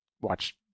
watch